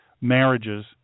marriages